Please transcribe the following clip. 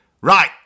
right